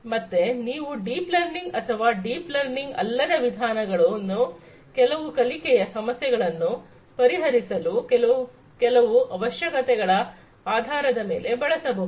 ಮತ್ತೆ ನೀವು deep learning ಅಥವಾ ಡೀಪ್ ಲರ್ನಿಂಗ್ ಅಲ್ಲದ ವಿಧಾನಗಳನ್ನು ಕೆಲವು ಕಲಿಕೆಯ ಸಮಸ್ಯೆಗಳನ್ನು ಪರಿಹರಿಸಲು ಕೆಲವು ಅವಶ್ಯಕತೆಗಳ ಆಧಾರದ ಮೇಲೆ ಬಳಸಬಹುದು